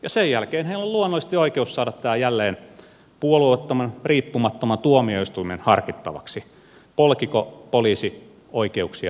ja sen jälkeen heillä on luonnollisesti oikeus saada jälleen puolueettoman riippumattoman tuomioistuimen harkittavaksi polkiko poliisi oikeuksia vai ei